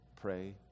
pray